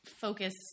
focus